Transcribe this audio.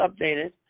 updated